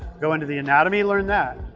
go into the anatomy, learn that.